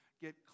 get